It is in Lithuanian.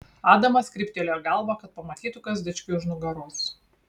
adamas kryptelėjo galvą kad pamatytų kas dičkiui už nugaros